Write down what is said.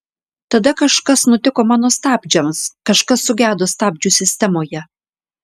tada kažkas nutiko mano stabdžiams kažkas sugedo stabdžių sistemoje